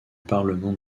parlement